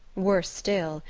worse still,